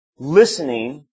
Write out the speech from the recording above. listening